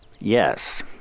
Yes